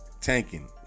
tanking